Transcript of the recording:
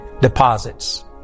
deposits